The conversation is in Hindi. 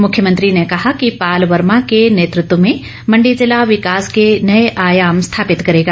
मुख्यमंत्री ने कहा कि पाल वर्मा के नेतृत्व में मण्डी जिला विकास के नये आयाम स्थापित करेगा